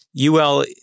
UL